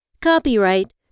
Copyright